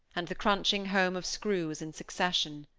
and the crunching home of screws in succession.